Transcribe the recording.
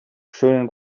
schönen